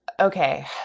Okay